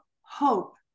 hope